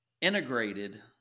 integrated